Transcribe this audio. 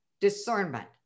discernment